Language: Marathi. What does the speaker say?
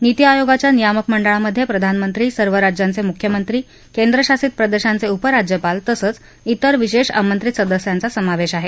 नीती आयोगाच्या नियामक मंडळामधे प्रधानमंत्री सर्व राज्यांचे मुख्यमंत्री केंद्रशासित प्रदेशांचे उपराज्यपाल तसंच त्रिर विशेष आमंत्रित सदस्यांचा समावेश आहे